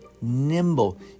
nimble